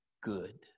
good